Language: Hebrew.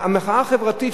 המחאה החברתית,